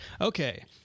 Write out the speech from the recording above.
Okay